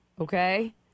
Okay